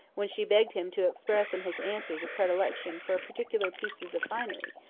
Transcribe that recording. when she begged him to express in his answers a predilection for particular pieces of finery,